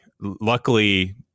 Luckily